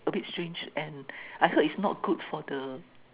a bit strange and I heard it's not good for the